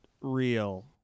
Real